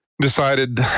decided